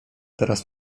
teraz